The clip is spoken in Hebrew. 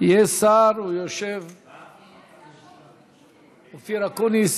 יש שר, אופיר אקוניס